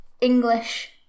English